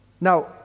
now